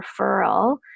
referral